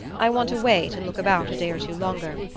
i want to wait and look about a day or two longer.